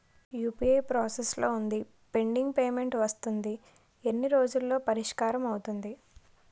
UPI process లో వుందిపెండింగ్ payment వస్తుంది ఎన్ని రోజుల్లో పరిష్కారం అవుతుంది